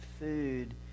food